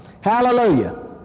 hallelujah